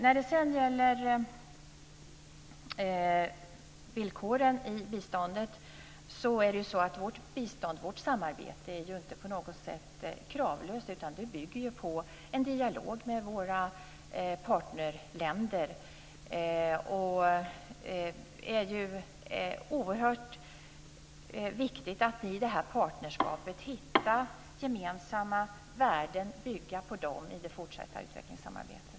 När det sedan gäller villkoren i biståndet är ju inte vårt bistånd, vårt samarbete, på något sätt kravlöst utan bygger på en dialog med våra partnerländer. Det är oerhört viktigt att i detta partnerskap hitta gemensamma värden och bygga på dem i det fortsatta utvecklingssamarbetet.